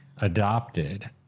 adopted